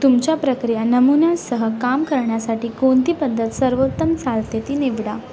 तुमच्या प्रक्रिया नमुन्यासह काम करण्यासाठी कोणती पद्धत सर्वोत्तम चालते ती निवडा